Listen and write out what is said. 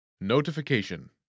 Notification